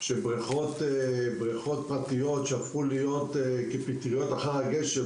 שבריכות פרטיות שצמחו כפטריות אחר הגשם,